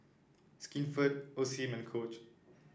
Skinfood Osim and Coach